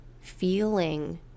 feeling